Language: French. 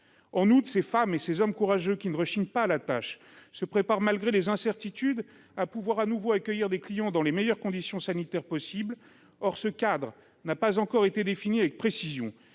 En outre, ces femmes et ces hommes courageux, qui ne rechignent pas à la tâche, se préparent, malgré les incertitudes, à accueillir de nouveau des clients dans les meilleures conditions sanitaires possible. Or ce cadre n'a pas encore été défini avec précision.